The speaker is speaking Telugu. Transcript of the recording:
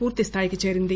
పూర్తిస్థాయికి చేరింది